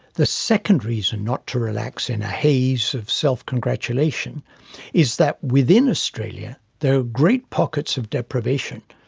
the second reason not to relax in a haze of self-congratulation is that within australia there are great pockets of deprivation,